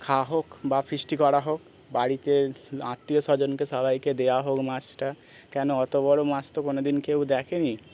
খাওয়া হোক বা ফিষ্ট করা হোক বাড়িতে আত্মীয় স্বজনকে সবাইকে দেয়া হোক মাছটা কেন অত বড়ো মাছ তো কোনো দিন কেউ দেখে নি